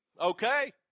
okay